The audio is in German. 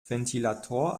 ventilator